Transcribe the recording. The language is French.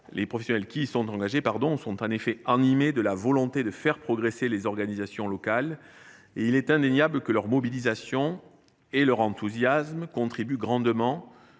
Les professionnels qui y sont engagés sont en effet animés de la volonté de faire progresser les organisations locales et il est indéniable que leur mobilisation et leur enthousiasme contribuent grandement